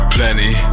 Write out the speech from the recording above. Plenty